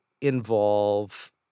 involve